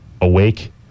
awake